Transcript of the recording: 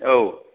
औ